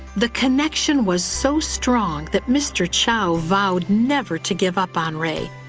the connection was so strong, that mr. chou vowed vowed never to give up on ray.